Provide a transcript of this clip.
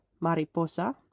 Mariposa